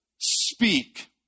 speak